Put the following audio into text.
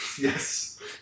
Yes